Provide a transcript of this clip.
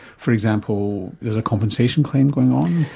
for example, there's a compensation claim going on,